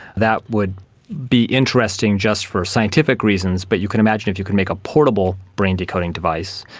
that would be interesting just for scientific reasons, but you can imagine if you could make a portable brain decoding device,